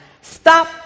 Stop